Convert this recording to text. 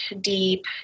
deep